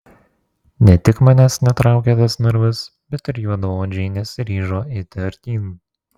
ne tik manęs netraukė tas narvas bet ir juodaodžiai nesiryžo eiti artyn